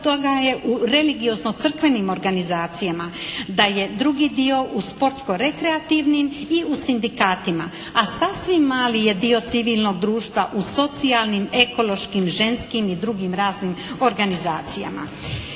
u religiozno crkvenim organizacijama, da je drugi dio u sportsko rekreativnim i u sindikatima. A sasvim mali je dio civilnog društva u socijalnim, ekološkim, ženskim i drugim raznim organizacijama.